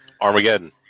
Armageddon